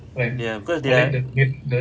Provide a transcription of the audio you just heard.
ya because they are